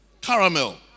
Caramel